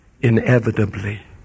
Inevitably